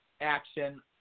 action